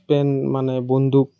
friend মানে বন্ধুক